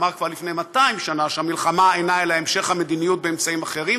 אמר כבר לפני 200 שנה שהמלחמה אינה אלא המשך המדיניות באמצעים אחרים,